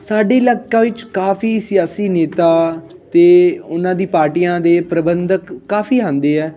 ਸਾਡੇ ਇਲਾਕਾ ਵਿੱਚ ਕਾਫ਼ੀ ਸਿਆਸੀ ਨੇਤਾ ਅਤੇ ਉਨ੍ਹਾਂ ਦੀ ਪਾਰਟੀਆਂ ਦੇ ਪ੍ਰਬੰਧਕ ਕਾਫ਼ੀ ਆਉਂਦੇ ਆ